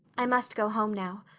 i must go home now.